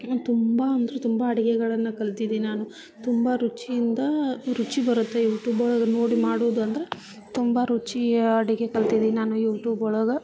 ತುಂಬ ಅಂದ್ರೆ ತುಂಬ ಅಡುಗೆಗಳನ್ನು ಕಲ್ತಿದ್ದೀನಿ ನಾನು ತುಂಬ ರುಚಿಯಿಂದ ರುಚಿ ಬರುತ್ತೆ ಯೂಟೂಬ್ ಒಳಗೆ ನೋಡಿ ಮಾಡೋದೆಂದ್ರೆ ತುಂಬ ರುಚಿಯ ಅಡುಗೆ ಕಲ್ತಿದ್ದೀನಿ ನಾನು ಯೂಟೂಬ್ ಒಳಗೆ